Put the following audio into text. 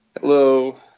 Hello